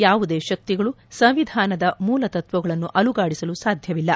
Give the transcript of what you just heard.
ಯಾವುದೇ ಶಕ್ತಿಗಳು ಸಂವಿಧಾನದ ಮೂಲ ತತ್ಸಗಳನ್ನು ಅಲುಗಾದಿಸಲು ಸಾಧ್ಯವಿಲ್ಲ